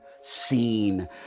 seen